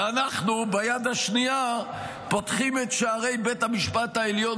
ואנחנו ביד השנייה פותחים את שערי בית המשפט העליון